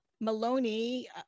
Maloney